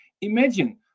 Imagine